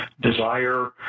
desire